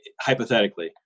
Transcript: hypothetically